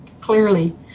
clearly